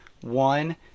One